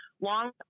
long